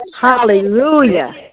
Hallelujah